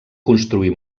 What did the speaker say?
construir